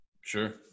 Sure